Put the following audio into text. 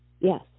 Yes